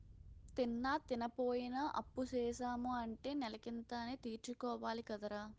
తిన్నా, తినపోయినా అప్పుసేసాము అంటే నెలకింత అనీ తీర్చుకోవాలి కదరా